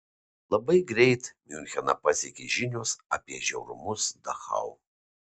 labai greit miuncheną pasiekė žinios apie žiaurumus dachau